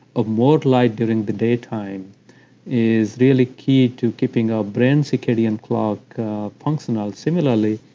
ah more light during the daytime is really key to keeping our brain circadian clock functional. similarly,